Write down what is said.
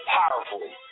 powerfully